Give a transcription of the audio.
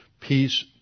peace